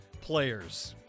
players